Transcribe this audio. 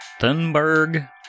Thunberg